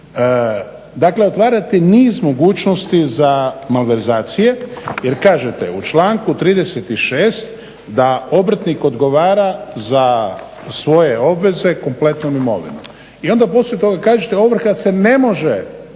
Dakle, otvarate niz mogućnosti za malverzacije. Jer kažete, u članku 36. da obrtnik odgovara za svoje obveze kompletnom imovinom. I onda poslije toga kažete, ovrha se ne može